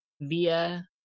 via